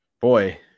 Boy